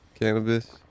cannabis